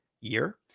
year